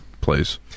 place